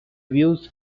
views